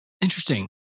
Interesting